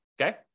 okay